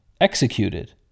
executed